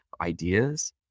ideas